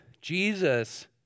Jesus